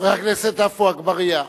חבר הכנסת עפו אגבאריה,